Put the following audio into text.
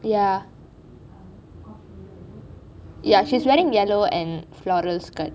ya off shoulder is sit ~just a dress and floral skirt